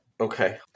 Okay